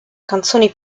canzoni